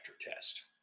test